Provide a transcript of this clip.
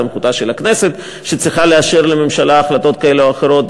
סמכותה של הכנסת שצריכה לאשר לממשלה החלטות כאלה או אחרות.